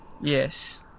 Yes